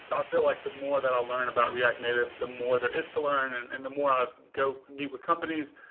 i feel like the more that i'll learn about react native, the more there is to learn and and the more i go meet with companies.